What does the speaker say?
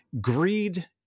greed